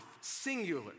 singular